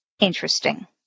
Interesting